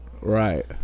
Right